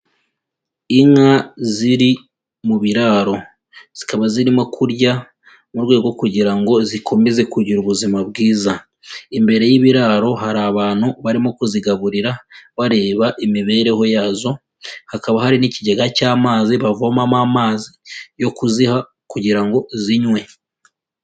Inka ziri mu biraro, zikaba zirimo kurya mu rwego kugira ngo zikomeze kugira ubuzima bwiza, imbere y'ibiraro hari abantu barimo kuzigaburira bareba imibereho yazo hakaba hari n'ikigega cy'amazi bavomamo amazi yo kuziha kugira ngo zinywe.